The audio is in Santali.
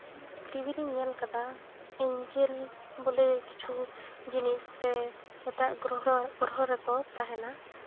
ᱴᱤᱵᱤᱨᱮᱧ ᱧᱮᱞ ᱠᱟᱫᱟ ᱮᱱᱡᱮᱞ ᱵᱚᱞᱮ ᱠᱤᱪᱷᱩ ᱡᱤᱱᱤᱥ ᱥᱮ ᱮᱴᱟᱜ ᱜᱨᱚᱦᱚ ᱜᱨᱚᱦᱚ ᱨᱮᱠᱚ ᱛᱟᱦᱮᱱᱟ